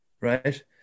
right